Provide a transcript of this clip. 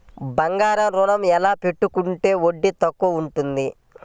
బంగారు ఋణం ఎలా పెట్టుకుంటే వడ్డీ తక్కువ ఉంటుంది?